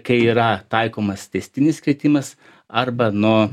kai yra taikomas tęstinis kritimas arba nuo